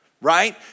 Right